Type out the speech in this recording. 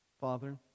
Father